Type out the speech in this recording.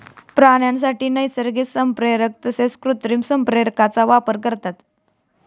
प्राण्यांसाठी नैसर्गिक संप्रेरक तसेच कृत्रिम संप्रेरकांचा वापर करतात